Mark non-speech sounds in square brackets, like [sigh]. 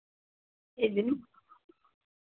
[unintelligible]